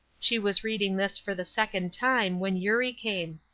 she was reading this for the second time, when eurie came.